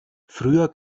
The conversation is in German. früher